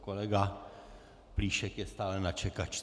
Kolega Plíšek je stále na čekačce.